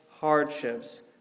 hardships